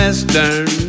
Western